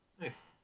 nice